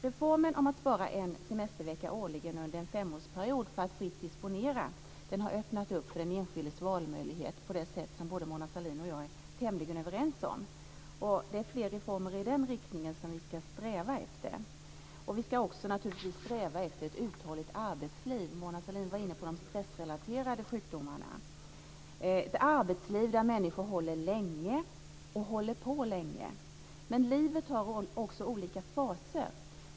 Reformen om att spara en semestervecka årligen under en femårsperiod för att fritt disponera den har öppnat den enskildes valmöjlighet på det sätt som Mona Sahlin och jag är tämligen överens om. Det är fler reformer i den riktningen som vi ska sträva efter. Vi ska också naturligtvis sträva efter ett uthålligt arbetsliv. Mona Sahlin var inne på de stressrelaterade sjukdomarna. Vi ska ha ett arbetsliv där människor håller länge, och håller på länge. Men livet har också olika faser.